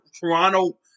Toronto